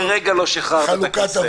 אושר.